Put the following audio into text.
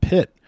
Pit